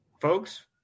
folks